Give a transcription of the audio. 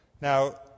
Now